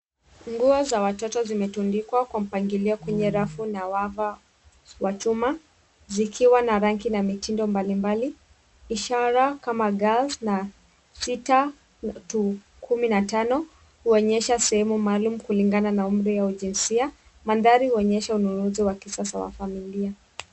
Nguo za watoto zimetundikwa kwa mpangilio kwenye rafu na wavu wa chuma zikiwa na rangi na mitindo mbalimbali. Ishara kama,[cs.]girls[c.s],na, sita [c.s]to[c.s] kumi na tano, huonyesha sehemu maalum kulingana na umri au jinsia. Mandhari huonyesha ununuzi wa kisasa wa familia.